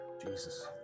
Jesus